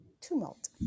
tumult